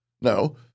No